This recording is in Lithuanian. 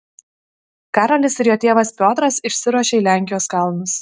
karolis ir jo tėvas piotras išsiruošia į lenkijos kalnus